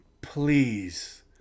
please